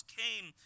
came